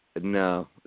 No